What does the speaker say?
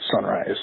sunrise